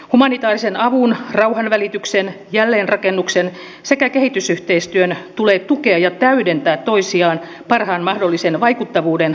humanitaarisen avun rauhanvälityksen jälleenrakennuksen sekä kehitysyhteistyön tulee tukea ja täydentää toisiaan parhaan mahdollisen vaikuttavuuden aikaansaamiseksi